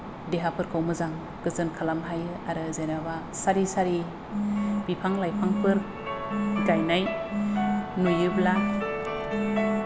देहाफोरखौ मोजां गोजोन खालाम हायो आरो जेन'बा सारि सारि बिफां लाइफांफोर गायनाय नुयोब्ला